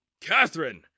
Catherine